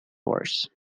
force